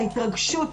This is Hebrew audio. ההתרגשות,